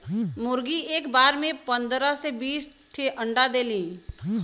मुरगी एक बार में पन्दरह से बीस ठे अंडा देली